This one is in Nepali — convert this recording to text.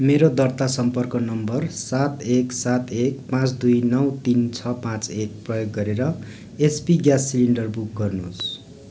मेरो दर्ता सम्पर्क नम्बर सात एक सात एक पाँच दुई नौ तिन छ पाँच एक प्रयोग गरेर एचपी ग्यास सिलिन्डर बुक गर्नुहोस्